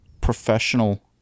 professional